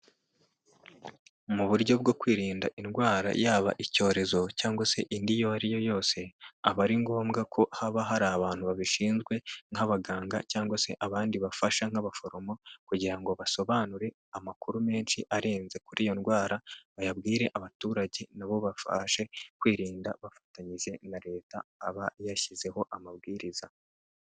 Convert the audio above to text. Mu buryo bwo kwirinda indwara yaba icyorezo cyangwa se indi iyo ariyo yose aba ari ngombwa ko haba hari abantu babishinzwe nk'abaganga cyangwa se abandi bafasha nk'abaforomo kugira ngo basobanure amakuru menshi arenze kuri iyo ndwara bayabwire abaturage nabo babashe kwirinda bafatanyije na leta aba yashyizeho amabwiriza